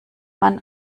man